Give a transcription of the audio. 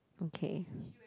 okay